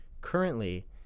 currently